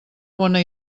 bona